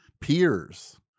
peers